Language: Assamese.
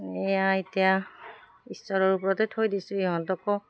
এয়া এতিয়া ঈশ্বৰৰ ওপৰতে থৈ দিছোঁ ইহঁতকো